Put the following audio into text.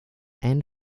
and